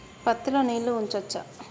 పత్తి లో నీళ్లు ఉంచచ్చా?